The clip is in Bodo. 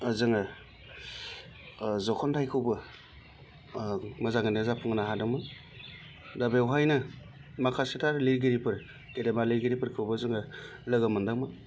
जोङो जख'न्थायखौबो मोजाङैनो जाफुंहोनो हादोंमोन दा बेवहायनो माखासेथार लिरगिरिफोर गेदेमा लिरगिरिफोरखौबो जोङो लोगो मोनदोंमोन